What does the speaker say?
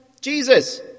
Jesus